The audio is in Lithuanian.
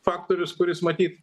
faktorius kuris matyt